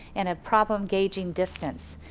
and a problem gageging distance.